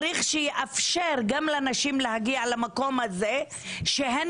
צריך שיאפשר גם לנשים להגיע למקום הזה שהן